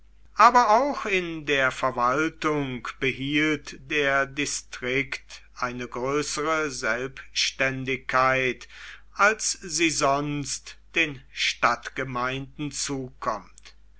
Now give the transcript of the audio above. aber auch in der verwaltung behielt der distrikt eine größere selbständigkeit als sie sonst den stadtgemeinden zukommt